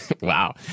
Wow